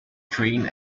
trained